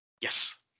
Yes